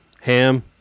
ham